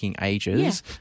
ages